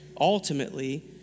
ultimately